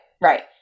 right